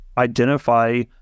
identify